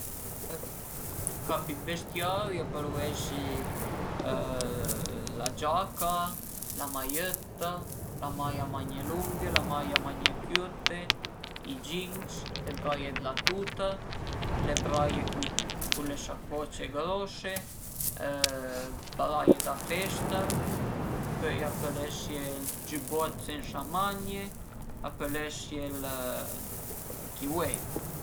I capi dë vestiari a pölu esi la giaca, la maiëtta, la maia a magne lunghe, la maia a magne cürte, i jeans, le braie d'la tuta, le braie cun le sacoce grose, le braie da festa, pöi a pöl esie ël giübot sensa magne, a pöl esie ël k-way